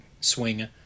swing